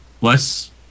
less